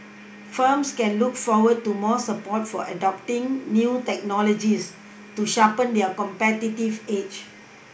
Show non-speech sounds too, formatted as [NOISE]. [NOISE] firms can look forward to more support for adopting new technologies to sharpen their competitive edge